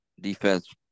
defense